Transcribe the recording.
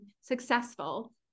successful